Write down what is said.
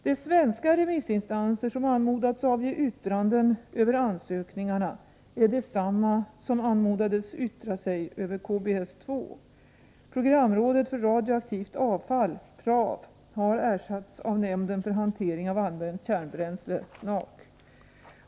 De svenska remissinstanser som anmodats avge yttranden över ansökningarna är desamma som anmodades yttra sig över KBS-2. Programrådet för radioaktivt avfall, PRAV, har ersatts av nämnden för hantering av använt kärnbränsle, NAK.